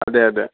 അതെ അതെ